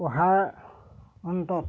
পঢ়াৰ অন্তত